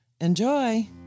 Enjoy